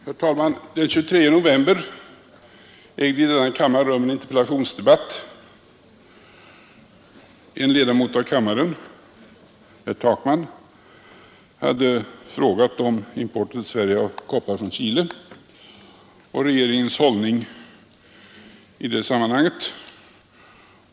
Herr talman! Den 23 november ägde i denna kammare rum en interpellationsdebatt. En ledamot av kammaren, herr Takman, hade frågat om importen till Sverige av koppar från Chile och om regeringens hållning i det sammanhanget.